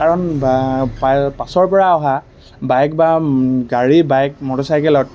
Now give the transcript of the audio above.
কাৰণ পাছৰ পৰা অহা বাইক বা গাড়ী বাইক মটৰচাইকেলত